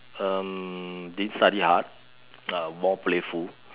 um didn't study hard uh more playful